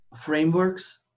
frameworks